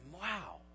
Wow